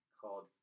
called